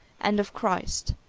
and of christ.